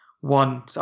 one